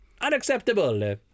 unacceptable